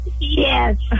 yes